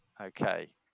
Okay